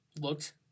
looked